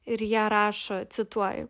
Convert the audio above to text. ir ją rašo cituoju